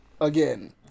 again